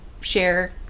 share